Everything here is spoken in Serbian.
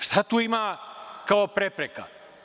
Šta tu ima kao prepreka?